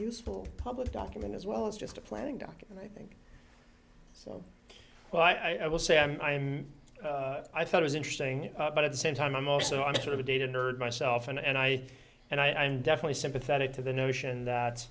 useful public document as well as just a planning document i think so well i will say i mean i thought was interesting but at the same time i'm also on a sort of a data nerd myself and i and i'm definitely sympathetic to the notion that